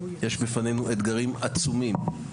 יש בפנינו אתגרים עצומים.